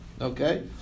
Okay